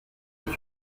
est